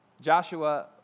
Joshua